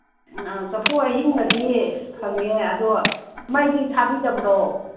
ꯑ ꯆꯐꯨ ꯑꯍꯤꯡꯕꯗꯤ ꯐꯪꯉꯦ ꯑꯗꯣ ꯃꯩꯗꯤ ꯊꯥꯕꯤꯗꯕ꯭ꯔꯣ